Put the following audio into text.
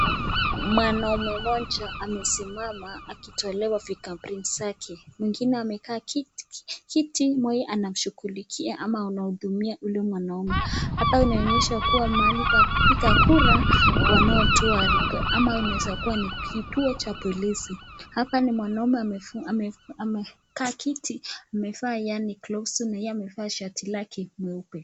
Mwanaume mmoja amesimama akitolewa fingerprint zake. Mwingine amekaa kiti, huyo anayemshughulikia ama anamhudumia huyo mwanaume. Hata inaonyesha kuwa mahali pa kupiga kura wanao toa ama inaweza kuwa ni kituo cha polisi. Hapa ni mwanaume amefaa amekaa kiti, amevaa yaani gloves na hii amevaa shati lake meupe.